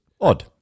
odd